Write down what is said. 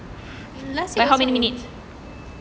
by how many minutes